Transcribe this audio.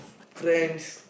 friends